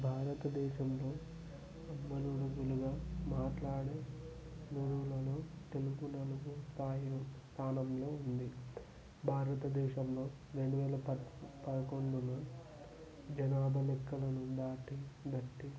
భారతదేశంలో రోజులుగా మాట్లాడే నుడులలో తెలుగు నాలుగు పాయింట్ స్థానంలో ఉంది భారతదేశంలో రెండువేల పదకొండులో జనాభా లెక్కలను దాటి గట్టి